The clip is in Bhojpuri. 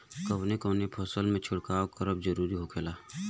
कवने कवने फसल में छिड़काव करब जरूरी होखेला?